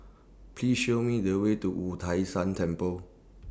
Please Show Me The Way to Wu Tai Shan Temple